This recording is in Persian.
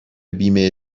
بیمه